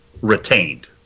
retained